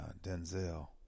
Denzel